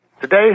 Today